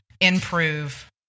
improve